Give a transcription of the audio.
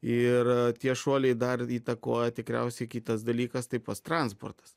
ir tie šuoliai dar įtakoja tikriausiai kitas dalykas tai pas transportas